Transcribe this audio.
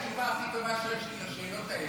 התשובה הכי טובה שיש לי לשאלות האלה,